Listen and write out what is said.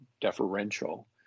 deferential